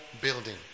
building